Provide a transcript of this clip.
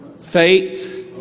faith